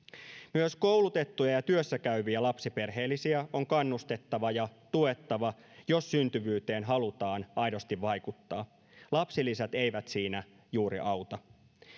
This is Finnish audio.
myös koulutettuja ja työssäkäyviä lapsiperheellisiä on kannustettava ja tuettava jos syntyvyyteen halutaan aidosti vaikuttaa lapsilisät eivät siinä juuri auta